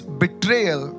betrayal